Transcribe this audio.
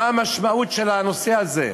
מה המשמעות של הנושא הזה,